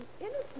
innocent